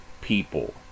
people